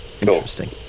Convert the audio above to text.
Interesting